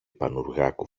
πανουργάκου